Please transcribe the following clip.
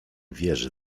wierzy